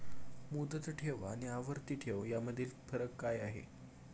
मुदत ठेव आणि आवर्ती ठेव यामधील फरक काय आहे?